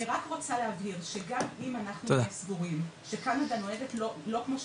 אני רק רוצה להבהיר שגם אם אנחנו כאן סבורים שקנדה נוהגת לא כמו שצריך,